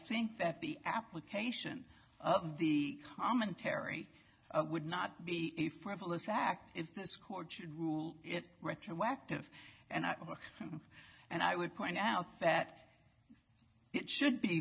think that the application of the commentary would not be a frivolous act if this court should rule it retroactive and i and i would point out that it should be